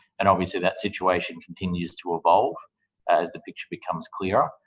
and obviously that situation continues to evolve as the picture becomes clearer.